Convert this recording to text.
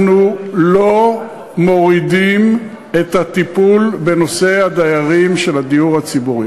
אנחנו לא מורידים את הטיפול בנושא הדיירים של הדיור הציבורי.